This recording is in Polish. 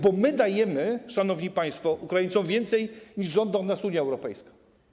Bo dajemy, szanowni państwo, Ukraińcom więcej, niż żąda od nas Unia Europejska.